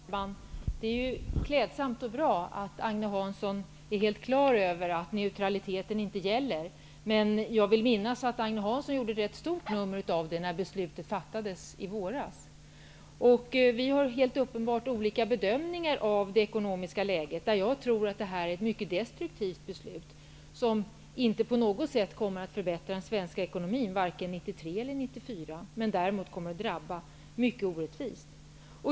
Herr talman! Det är klädsamt och bra att Agne Hansson är helt klar över att neutraliteten inte gäller, men jag vill minnas att Agne Hansson gjorde ett stort nummer av det när beslutet fattades i våras. Vi gör uppenbarligen helt olika bedömningar av det ekonomiska läget. Det här är ett mycket destruktivt beslut, som inte på något sätt kommer att förbättra den svenska ekonomin, varken 1993 eller 1994, men som däremot kommer att drabba mycket orättvist.